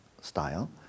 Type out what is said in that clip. style